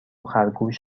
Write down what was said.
خرگوش